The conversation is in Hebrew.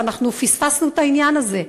ואנחנו פספסנו את העניין הזה,